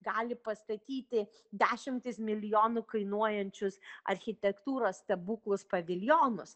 gali pastatyti dešimtis milijonų kainuojančius architektūros stebuklus paviljonus